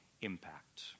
impact